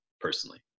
personally